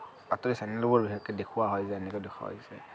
বাতৰি চেনেলবোৰত বিশেষকৈ দেখুওৱা হয় যে এনেকৈ দেখুওৱা হৈছে